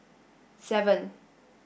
seven